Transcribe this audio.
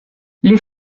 les